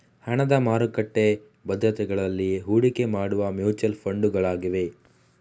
ಹಣದ ಮಾರುಕಟ್ಟೆ ಭದ್ರತೆಗಳಲ್ಲಿ ಹೂಡಿಕೆ ಮಾಡುವ ಮ್ಯೂಚುಯಲ್ ಫಂಡುಗಳಾಗಿವೆ